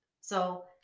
So-